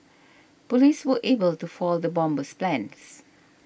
police were able to foil the bomber's plans